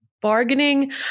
bargaining